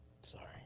Sorry